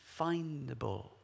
findable